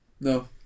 no